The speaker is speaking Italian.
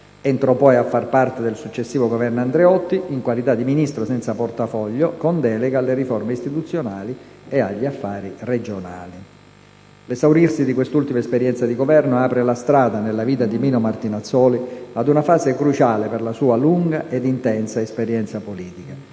Entrò poi a far parte del successivo Governo Andreotti, in qualità di Ministro senza portafoglio, con delega alle riforme istituzionali e agli affari regionali. L'esaurirsi di quest'ultima esperienza di Governo aprì la strada, nella vita di Mino Martinazzoli, ad una fase cruciale per la sua lunga ed intensa esperienza politica.